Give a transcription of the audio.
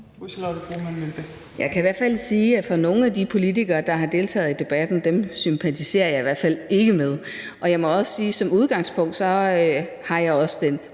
Jeg kan i hvert fald sige, at nogle af de politikere, der har deltaget i debatten, sympatiserer jeg ikke med. Og jeg må sige, at jeg som udgangspunkt også har den